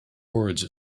words